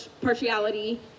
partiality